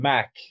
Mac